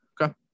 Okay